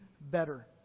better